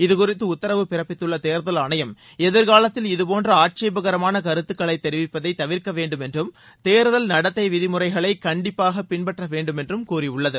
இது குறித்து உத்தரவு பிறப்பித்துள்ள தேர்தல் ஆணையம் எதிர்காலத்தில் இதுபோன்ற ஆட்சேபகரமான கருத்துகளை தெரிவிப்பதை தவிர்க்கவேண்டும் என்றும் தேர்தல் நடத்தை விதிமுறைகளை கண்டிப்பாக பின்பற்றவேண்டும் என்றும் கூறியுள்ளது